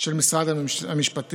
של משרד המשפטים.